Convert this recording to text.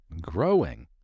growing